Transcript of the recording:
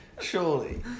surely